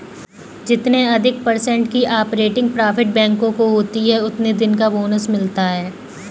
जितने अधिक पर्सेन्ट की ऑपरेटिंग प्रॉफिट बैंकों को होती हैं उतने दिन का बोनस मिलता हैं